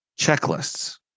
Checklists